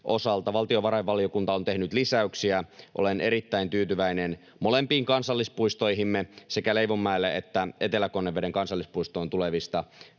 Valtiovarainvaliokunta on tehnyt lisäyksiä. Olen erittäin tyytyväinen molempiin kansallispuistoihimme, sekä Leivonmäen että Etelä-Konneveden kansallispuistoon, tulevista